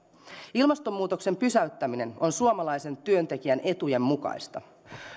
ilmastonmuutoksen pysäyttäminen on suomalaisen työntekijän etujen mukaista